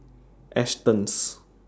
Astons